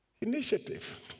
initiative